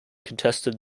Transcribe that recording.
contested